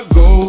go